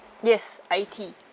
yes I tea